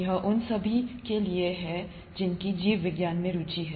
यह किसी के लिए है जिनकी जीव विज्ञान में रुचि है